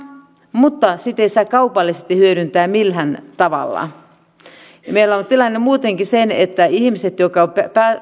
mutta ne kieltävät sen että sitä saisi kaupallisesti hyödyntää millään tavalla meillä on tilanne muutenkin se että ovat menneet todella vähäksi ihmiset jotka